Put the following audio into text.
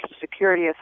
Security